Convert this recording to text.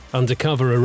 Undercover